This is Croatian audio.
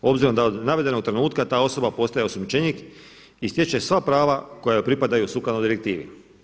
Obzirom da od navedenog trenutka ta osoba postaje osumnjičenik i stječe sva prava koja joj pripadaju sukladno direktivi.